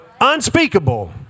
unspeakable